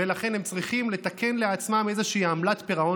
ולכן הם צריכים לתקן לעצמם איזושהי עמלת פירעון